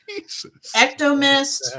ectomist